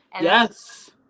Yes